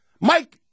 Mike